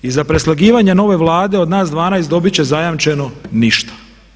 I za preslagivanje nove Vlade od nas 12 dobit će zajamčeno ništa.